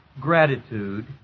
gratitude